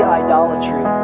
idolatry